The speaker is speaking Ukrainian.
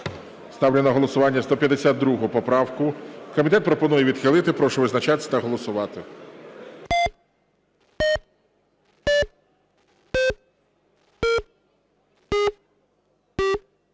Ставлю на голосування 231 поправку. Комітет пропонує відхилити. Прошу визначатись та голосувати.